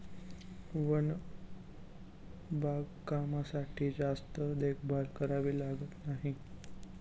one बागकामासाठी जास्त देखभाल करावी लागत नाही